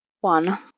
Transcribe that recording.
one